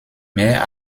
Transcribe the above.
mehr